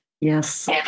Yes